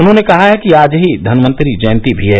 उन्होंने कहा है कि आज ही धनवंतरि जयंती भी है